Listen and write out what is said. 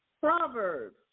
Proverbs